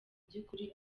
by’ukuri